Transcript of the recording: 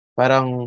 parang